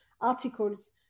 articles